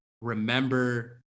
remember